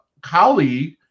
colleague